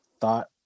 thought